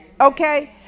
Okay